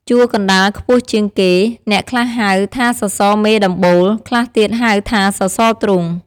ជួរកណ្តាលខ្ពស់ជាងគេ អ្នកខ្លះហៅ ថាសសរមេដំបូល ខ្លះទៀតហៅថាសសរទ្រូង។